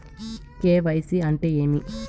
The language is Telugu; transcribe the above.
కె.వై.సి అంటే ఏమి?